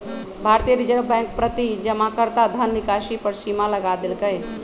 भारतीय reserve bank प्रति जमाकर्ता धन निकासी पर सीमा लगा देलकइ